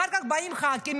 אחר כך באים ח"כים,